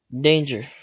Danger